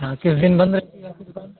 हाँ किस दिन बंद रहती है आपकी दुकान